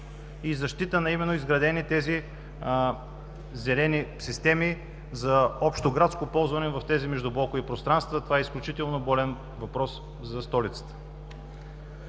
и защитата на изградените зелени системи за общоградско ползване в тези междублокови пространства. Това е изключително болен въпрос за столицата.